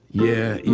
yeah, yeah.